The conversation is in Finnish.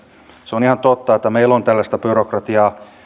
se on ihan totta että meillä on tällaista byrokratiaa